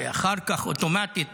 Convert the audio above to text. ואחר כך אוטומטית